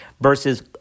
versus